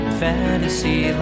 fantasy